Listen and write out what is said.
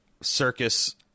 circus